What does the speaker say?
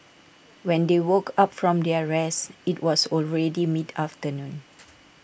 when they woke up from their rest IT was already mid afternoon